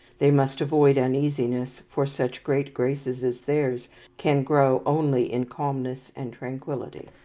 they must avoid uneasiness, for such great graces as theirs can grow only in calmness and tranquillity.